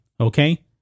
Okay